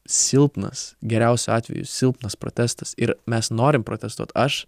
silpnas geriausiu atveju silpnas protestas ir mes norim protestuot aš